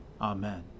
Amen